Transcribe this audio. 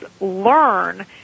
learn